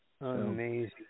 Amazing